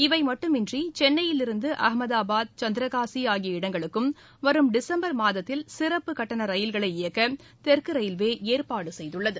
இவை மட்டுமின்றி கென்னையிலிருந்து அகமதாபாத் சந்திரகாசி ஆகிய இடங்களுக்கும் வரும் டிசும்பர் மாதத்தில் சிறப்புக் கட்டண ரயில்களை இயக்க தெற்கு ரயில்வே ஏற்பாடு செய்துள்ளது